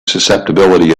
susceptibility